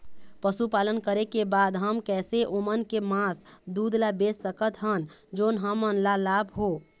पशुपालन करें के बाद हम कैसे ओमन के मास, दूध ला बेच सकत हन जोन हमन ला लाभ हो?